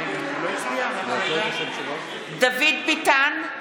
(קוראת בשם חבר הכנסת) דוד ביטן,